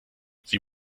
sie